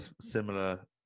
similar